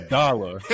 dollar